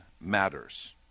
matters